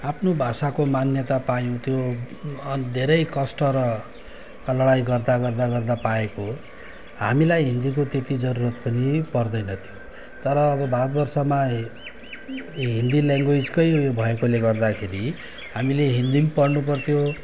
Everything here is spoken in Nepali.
आफ्नो भाषाको मान्यता पायौँ त्यो धेरै कष्ट र लडाइँ गर्दा गर्दा गर्दा पाएको हो हामीलाई हिन्दीको त्यत्ति जरुरत पनि पर्दैन तर अब भारतवर्षमा हिन्दी ल्याङ्गुवेजकै उयो भएकोले गर्दाखेरि हामीले हिन्दी पनि पढ्नुपर्थ्यो